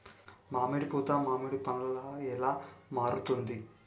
మామిడి పూత మామిడి పందుల ఎలా మారుతుంది?